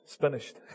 finished